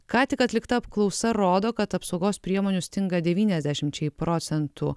ką tik atlikta apklausa rodo kad apsaugos priemonių stinga devyniasdešimčiai procentų